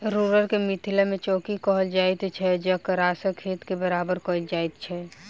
roller के मिथिला मे चौकी कहल जाइत छै जकरासँ खेत के बराबर कयल जाइत छै